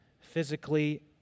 physically